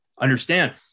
understand